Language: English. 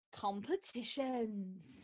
competitions